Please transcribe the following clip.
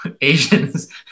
Asians